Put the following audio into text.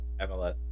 MLS